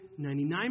99%